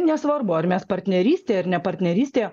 nesvarbu ar mes partnerystėje ar ne partnerystėje